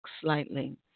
slightly